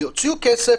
שיוציאו כסף,